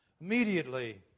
Immediately